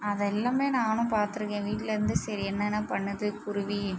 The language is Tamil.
அதை எல்லாமே நானும் பார்த்துருக்கேன் என் வீட்லருந்து சரி என்னென்ன பண்ணுது குருவி